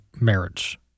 marriage